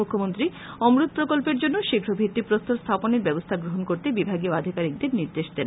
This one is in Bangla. মুখ্যমন্ত্রী অমরুত প্রকল্পের জন্য শীঘ্র ভিত্তি প্রস্থর স্থাপনের ব্যবস্থা গ্রহণ করতে বিভাগীয় আধিকারীকদের নির্দেশ দেন